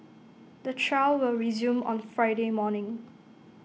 the trial will resume on Friday morning